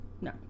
No